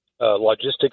logistics